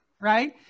Right